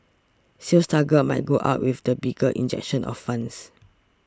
sales targets might go up with the bigger injection of funds